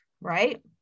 right